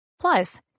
plus